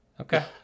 Okay